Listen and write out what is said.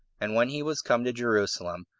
and when he was come to jerusalem,